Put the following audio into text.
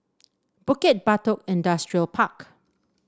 Bukit Batok Industrial Park